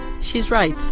she's right.